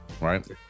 right